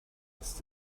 ist